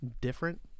different